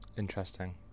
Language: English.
interesting